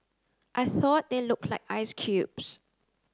I thought they looked like ice cubes